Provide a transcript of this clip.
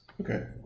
Okay